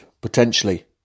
potentially